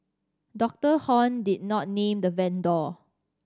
Dr Hon did not name the vendor